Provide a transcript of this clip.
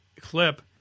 clip